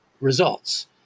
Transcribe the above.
results